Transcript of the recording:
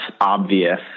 obvious